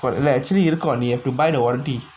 இல்ல:illa actually இருக்கு:irukku you have to buy the warranty